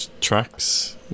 tracks